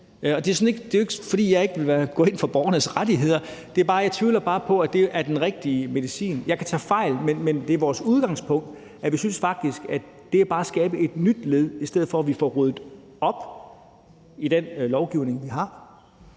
Det er ikke, fordi jeg ikke vil gå ind for borgernes rettigheder. Jeg tvivler bare på, at det er den rigtige medicin. Jeg kan tage fejl. Men det er vores udgangspunkt, at vi faktisk synes, at det bare er at skabe et nyt led. I stedet for skulle vi få ryddet op i den lovgivning, vi har.